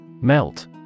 Melt